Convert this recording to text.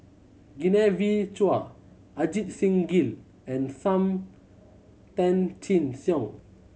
Genevieve Chua Ajit Singh Gill and Sam Tan Chin Siong